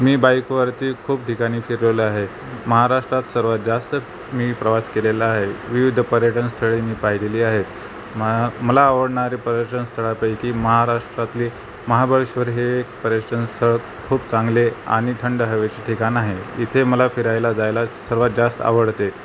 मी बाईकवरती खूप ठिकाणी फिरलेलो आहे महाराष्ट्रात सर्वात जास्त मी प्रवास केलेला आहे विविध पर्यटन स्थळे मी पाहिलेली आहेत मा मला आवडणारे पर्यटन स्थळापैकी महाराष्ट्रातली महाबळेश्वर हे एक पर्यटन स्थळ खूप चांगले आणि थंड हवेचे ठिकाण आहे इथे मला फिरायला जायला सर्वात जास्त आवडते